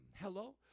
Hello